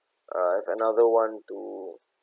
uh I have another one to